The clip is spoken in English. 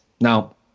Now